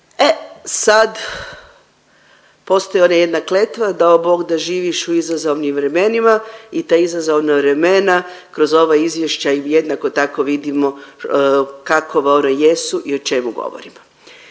E sad postoji ona jedna kletva, dao Bog da živiš u izazovnim vremenima i ta izazovna vremena kroz izvješća jednako tako vidimo kakova ona jesu i o čemu govorimo.